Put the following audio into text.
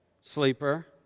sleeper